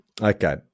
Okay